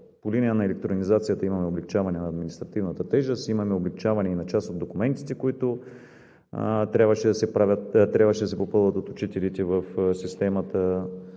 По линия на електронизацията имаме облекчаване на административната тежест, имаме облекчаване и на част от документите, които трябваше да се правят, трябваше да се попълват от учителите в системата.